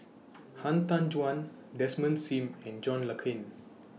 Han Tan Juan Desmond SIM and John Le Cain